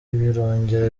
birongera